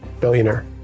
billionaire